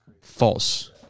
False